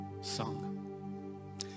song